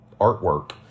artwork